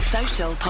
Social